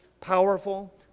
powerful